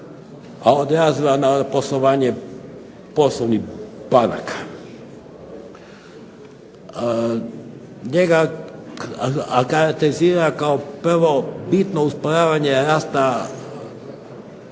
odrazila na poslovanje poslovnih banaka. Njega karakterizira kao prvo bitno usporavanje rasta